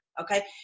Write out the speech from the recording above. Okay